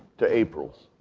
to april.